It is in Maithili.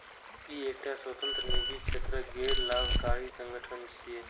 ई एकटा स्वतंत्र, निजी क्षेत्रक गैर लाभकारी संगठन छियै